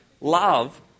Love